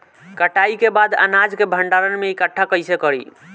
कटाई के बाद अनाज के भंडारण में इकठ्ठा कइसे करी?